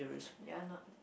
you are not